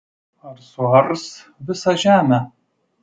ar suars visą žemę